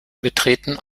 betreten